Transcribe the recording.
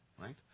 Right